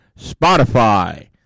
Spotify